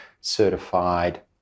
certified